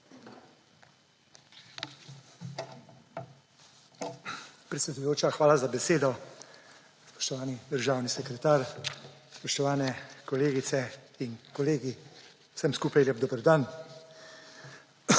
Predsedujoča, hvala za besedo. Spoštovani državni sekretar, spoštovane kolegice in kolegi, vsem skupaj lep dober dan.